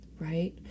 Right